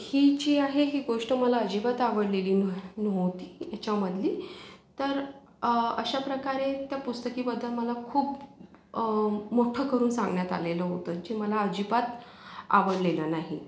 ही जी आहे ही गोष्ट मला अजिबात आवडलेली नव्हती याच्यामधली तर अशा प्रकारे त्या पुस्तकाबद्दल मला खूप मोठ्ठं करून सांगण्यात आलेलं होतं जे मला अजिबात आवडलेलं नाही